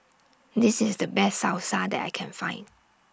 This IS The Best Salsa that I Can Find